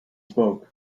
spoke